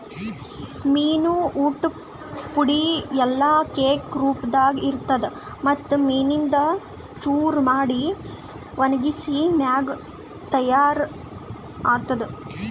ಮೀನು ಊಟ್ ಪುಡಿ ಇಲ್ಲಾ ಕೇಕ್ ರೂಪದಾಗ್ ಇರ್ತುದ್ ಮತ್ತ್ ಮೀನಿಂದು ಚೂರ ಮಾಡಿ ಒಣಗಿಸಿದ್ ಮ್ಯಾಗ ತೈಯಾರ್ ಆತ್ತುದ್